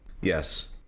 Yes